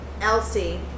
Elsie